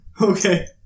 Okay